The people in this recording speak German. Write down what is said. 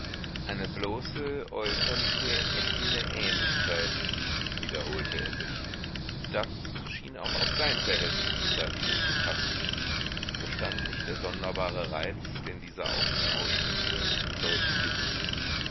eine bloße äußerliche äffende ähnlichkeit wiederholte er sich das schien auch auf sein verhältnis zu basini zu passen bestand nicht der sonderbare reiz den dieser auf ihn ausübte in solchen gesichten